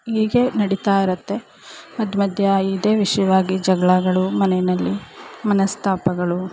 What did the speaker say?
ಹೀಗೆ ನಡಿತಾ ಇರುತ್ತೆ ಮಧ್ಯ ಮಧ್ಯ ಇದೇ ವಿಷಯವಾಗಿ ಜಗಳಗಳು ಮನೆಯಲ್ಲಿ ಮನಸ್ತಾಪಗಳು